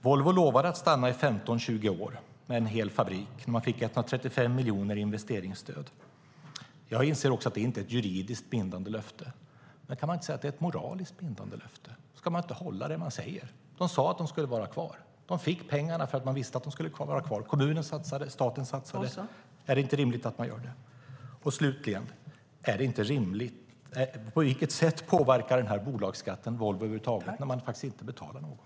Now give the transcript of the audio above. Volvo lovade att stanna i 15-20 år med en hel fabrik och fick 135 miljoner i investeringsstöd. Jag inser också att det inte är ett juridiskt bindande löfte, men är det inte ett moraliskt bindande löfte? Ska de inte hålla det de säger? De sade att de skulle vara kvar. De fick pengarna för att man visste att de skulle vara kvar. Kommunen och staten satsade. Är inte det rimligt? På vilket sätt påverkar över huvud taget bolagsskatten Volvo när de faktiskt inte betalar skatt?